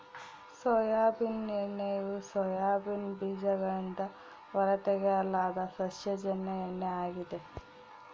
soybean ಎಣ್ಣೆಯು soybean ಬೀಜಗಳಿಂದ ಹೊರತೆಗೆಯಲಾದ ಸಸ್ಯಜನ್ಯ ಎಣ್ಣೆ ಆಗಿದೆ